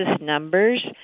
numbers